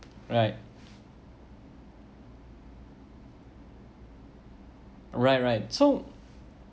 right right right so